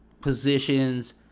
positions